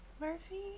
Murphy